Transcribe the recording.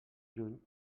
lluny